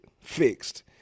Fixed